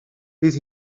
bydd